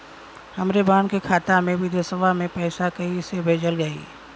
हमरे बहन के खाता मे विदेशवा मे पैसा कई से भेजल जाई?